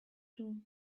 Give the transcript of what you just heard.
too